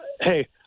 Hey